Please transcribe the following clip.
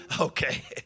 Okay